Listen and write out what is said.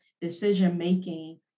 decision-making